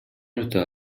өтө